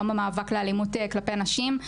יום המאבק באלימות כלפי נשים,